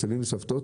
סבים וסבתות,